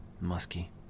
musky